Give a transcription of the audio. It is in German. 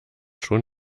schon